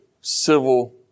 civil